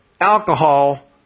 alcohol